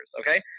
Okay